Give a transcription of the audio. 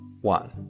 one